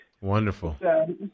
Wonderful